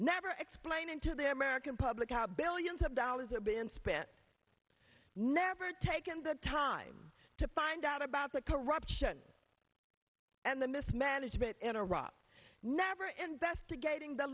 never explaining to the american public out billions of dollars are been spent never taken the time to find out about the corruption and the mismanagement in iraq never investigating the